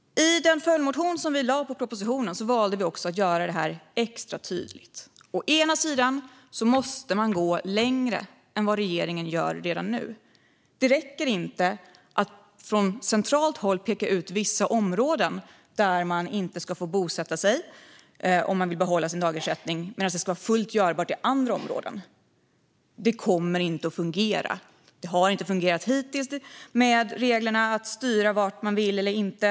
I den följdmotion som vi väckte med anledning av propositionen valde vi att göra det extra tydligt. Man måste gå längre än vad regeringen gör. Det räcker inte att från centralt håll peka ut vissa områden där man inte ska få bosätta sig om man vill behålla sin dagersättning medan det ska vara fullt möjligt i andra områden. Det kommer inte att fungera. Det har inte fungerat hittills att styra vart man vill eller inte.